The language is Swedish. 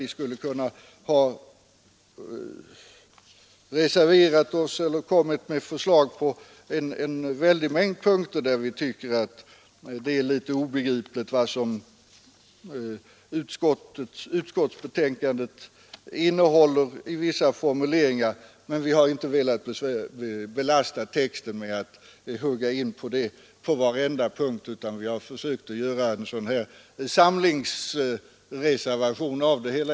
Vi moderater skulle ha kunnat reservera oss eller framlägga andra förslag på åtskilliga punkter där vi tycker att utskottsbetänkandets formuleringar är obegripliga. Men vi har inte velat belasta trycket med att hugga in på varenda punkt, utan vi har försökt göra ett generellt yttrande.